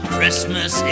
Christmas